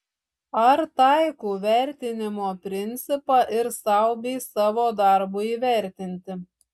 ar taikau vertinimo principą ir sau bei savo darbui įvertinti